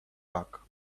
back